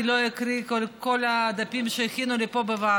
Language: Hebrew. אני לא אקריא את כל הדפים שהכינו לי פה בוועדה.